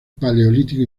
paleolítico